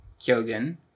Kyogen